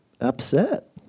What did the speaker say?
Upset